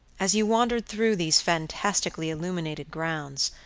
as you wandered through these fantastically illuminated grounds,